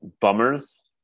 Bummers